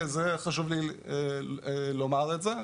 חשוב לי לומר את זה.